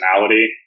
personality